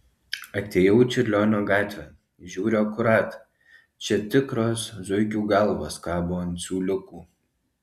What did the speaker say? atėjau į čiurlionio gatvę žiūriu akurat čia tikros zuikių galvos kabo ant siūliukų